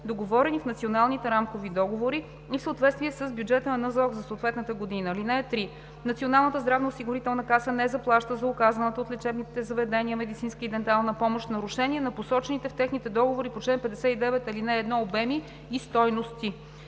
договорени в националните рамкови договори и в съответствие с бюджета на НЗОК за съответната година. (3) Националната здравноосигурителна каса не заплаща за оказана от лечебните заведения медицинска и дентална помощ в нарушение на посочените в техните договори по чл. 59, ал. 1 обеми и стойности.